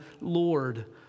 Lord